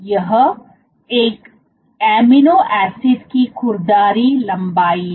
यह एक amino acid की खुरदरी लंबाई है